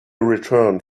returned